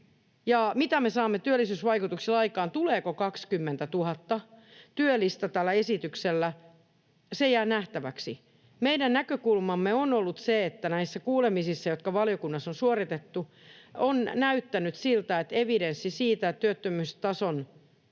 Mitä me saamme työllisyysvaikutuksilla aikaan? Tuleeko 20 000 työllistä tällä esityksellä? Se jää nähtäväksi. Meidän näkökulmamme on ollut se, että näissä kuulemisissa, jotka valiokunnassa on suoritettu, on evidenssi näyttänyt siltä, että työttömyysturvan